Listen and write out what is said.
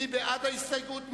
מי בעד ההסתייגות?